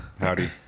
Howdy